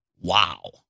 Wow